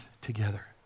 together